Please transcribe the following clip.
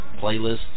playlists